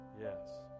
yes